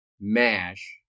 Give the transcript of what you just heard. MASH